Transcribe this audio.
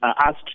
asked